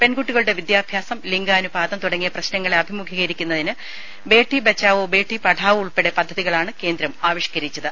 പെൺകുട്ടികളുടെ വിദ്യാഭ്യാസം ലിംഗാനുപാതം തുടങ്ങിയ പ്രശ്നങ്ങളെ അഭിമുഖീകരിക്കുന്നതിന് ബേഠി ബഛാഓ ബേഠി പഠാഓ ഉൾപ്പെടെ പദ്ധതികളാണ് കേന്ദ്രം ആവിഷ്ക്കരിച്ചത്